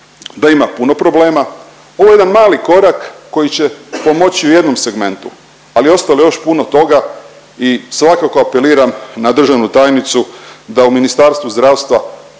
da ima puno problema, ovo je jedan mali korak koji će pomoći u jednom segmentu, ali ostalo je još puno toga i svakako apeliram na državnu tajnicu da u Ministarstvo zdravstva